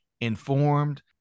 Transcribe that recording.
informed